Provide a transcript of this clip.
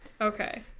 Okay